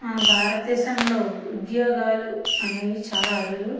నా భారతదేశంలో ఉద్యోగాలు అనేవి చాలా అరుదు